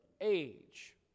age